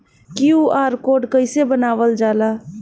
QR code कइसे बनवाल जाला?